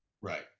Right